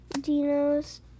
Dino's